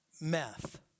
meth